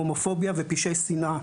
הומופוביה ופשעי שנאה.